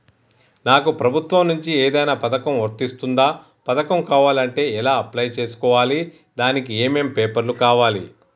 నాకు ప్రభుత్వం నుంచి ఏదైనా పథకం వర్తిస్తుందా? పథకం కావాలంటే ఎలా అప్లై చేసుకోవాలి? దానికి ఏమేం పేపర్లు కావాలి?